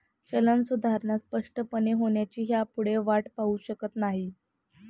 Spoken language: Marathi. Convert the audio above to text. चलन सुधारणा स्पष्टपणे होण्याची ह्यापुढे वाट पाहु शकत नाही